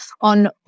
on